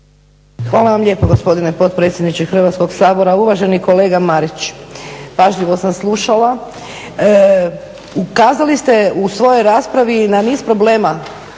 Hvala vam lijepo gospodine potpredsjedniče Hrvatskog sabora. Uvaženi kolega Marić, pažljivo sam slušala. Ukazali ste u svojoj raspravi na niz problema